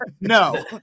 no